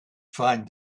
find